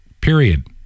Period